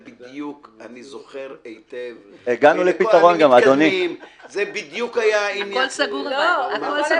אני זוכר בדיוק את הבעיות --- אבל הכול כבר סגור איתם.